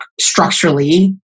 structurally